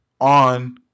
on